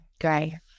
great